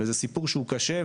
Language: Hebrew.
וזה סיפור שהוא קשה.